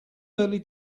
early